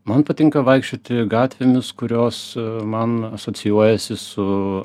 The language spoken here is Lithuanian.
man patinka vaikščioti gatvėmis kurios man asocijuojasi su